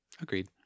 Agreed